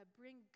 bring